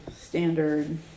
standard